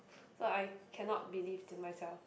so I cannot believe in myself